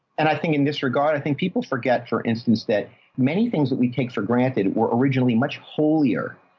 and i think in this regard, i think people forget for instance, that many things that we take for granted were originally much holier.